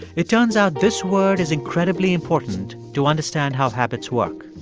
it turns out this word is incredibly important to understand how habits work.